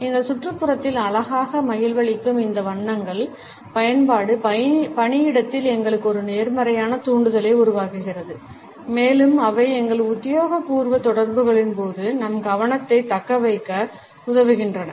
எங்கள் சுற்றுப்புறத்தில் அழகாக மகிழ்வளிக்கும் அந்த வண்ணங்களின் பயன்பாடு பணியிடத்தில் எங்களுக்கு ஒரு நேர்மறையான தூண்டுதலை உருவாக்குகிறது மேலும் அவை எங்கள் உத்தியோகபூர்வ தொடர்புகளின் போது நம் கவனத்தைத் தக்கவைக்க உதவுகின்றன